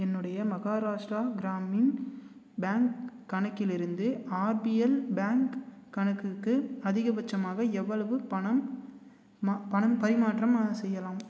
என்னுடைய மஹாராஷ்ட்ரா கிராமின் பேங்க் கணக்கிலிருந்து RBL bank கணக்குக்கு அதிகபட்சமாக எவ்வளவு பணம் ம பணம் பரிமாற்றம் செய்யலாம்